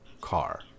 car